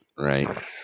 right